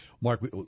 Mark